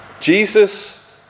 Jesus